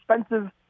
expensive